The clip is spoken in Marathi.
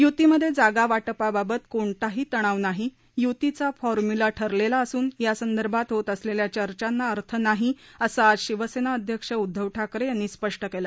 यूतीमध्ये जागावाटपाबाबत कोणताही तणाव नाही यूतीचा फॉम्यूला ठरलेला असून यासंदर्भात होत असलेल्या चर्चांना अर्थ नाही असं आज शिवसेना अध्यक्ष उद्दव ठाकरे यांनी स्पष्ट केलं